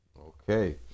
okay